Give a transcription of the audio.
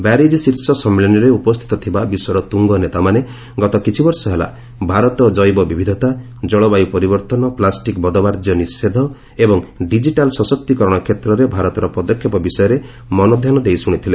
Biarritz ଶୀର୍ଷ ସମ୍ମିଳନୀରେ ଉପସ୍ଥିତ ଥିବା ବିଶ୍ୱର ତୁଙ୍ଗ ନେତାମାନେ ଗତ କିଛି ବର୍ଷ ହେଲା ଭାରତ ଜୈବ ବିବିଧତା ଜଳବାୟୁ ପରିବର୍ତ୍ତନ ପ୍ଲାଷ୍ଟିକ୍ ବଦ୍ବାର୍ଜ୍ୟ ନିଷେଧ ଏବଂ ଡିଜିଟାଲ୍ ସଶକ୍ତିକରଣ କ୍ଷେତ୍ରରେ ଭାରତର ପଦକ୍ଷେପ ବିଷୟରେ ମନଧ୍ୟାନ ଦେଇ ଶୁଣିଥିଲେ